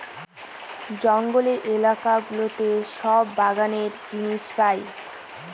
জঙ্গলের এলাকা গুলোতে সব বাগানের জিনিস পাই